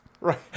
Right